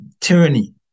tyranny